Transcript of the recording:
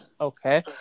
Okay